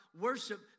worship